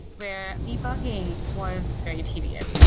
where debugging was very tedious,